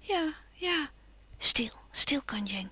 ja ja stil stil kandjeng